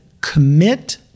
commit